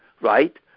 Right